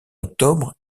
octobre